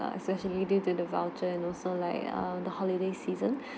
err especially due to the voucher and also like err the holiday season